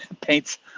paints